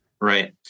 Right